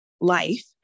life